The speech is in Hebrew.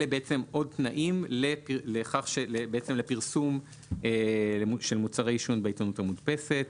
אלה עוד תנאים לפרסום של מוצרי עישון בעיתונות המודפסת.